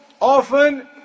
often